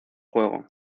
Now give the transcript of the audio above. juego